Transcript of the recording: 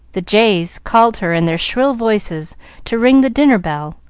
the jays called her in their shrill voices to ring the dinner-bell,